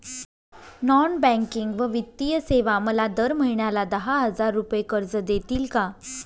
Non banking व वित्तीय सेवा मला दर महिन्याला दहा हजार रुपये कर्ज देतील का?